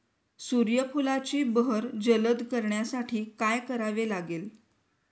सूर्यफुलाची बहर जलद करण्यासाठी काय करावे लागेल?